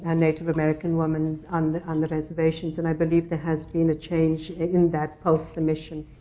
and native american women on the on the reservations. and i believe there has been a change in that, post-commision.